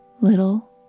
little